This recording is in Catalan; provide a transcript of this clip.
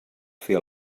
fer